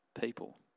people